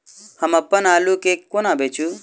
हम अप्पन आलु केँ कोना बेचू?